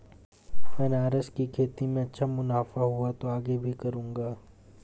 अनन्नास की खेती में अच्छा मुनाफा हुआ तो आगे भी करूंगा